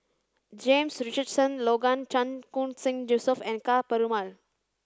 James Richardson Logan Chan Khun Sing Joseph and Ka Perumal